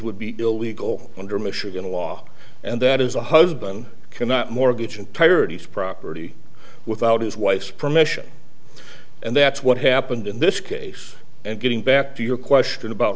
would be illegal under michigan law and that is a husband cannot mortgage and pirates property without his wife's permission and that's what happened in this case and getting back to your question about